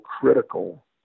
critical